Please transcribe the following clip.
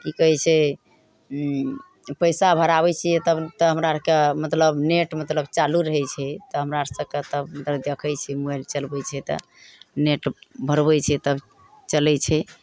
की कहै छै ओ पैसा भराबै छियै तब तऽ हमरा आरके मतलब नेट मतलब चालू रहै छै तऽ हमरा सबके तब मतलब देखै छै मोबाइल चलबै छै तऽ नेट भरबै छियै तब चलै छै